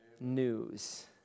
news